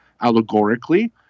allegorically